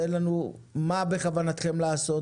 תן לנו מה בכוונתכם לעשות,